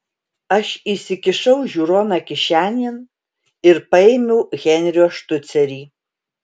aš įsikišau žiūroną kišenėn ir paėmiau henrio štucerį